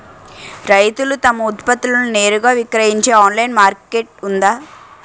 రైతులు తమ ఉత్పత్తులను నేరుగా విక్రయించే ఆన్లైన్ మార్కెట్ ఉందా?